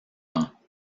ans